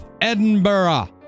Edinburgh